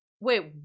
wait